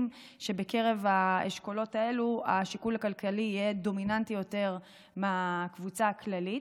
שבקרב האשכולות האלה השיקול הכלכלי יהיה דומיננטי יותר מבקבוצה הכללית,